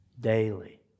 daily